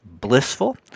blissful